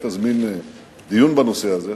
היא תזמין דיון בנושא הזה,